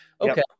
Okay